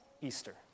Easter